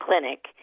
clinic